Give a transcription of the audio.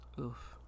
Oof